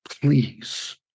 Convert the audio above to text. please